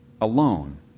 alone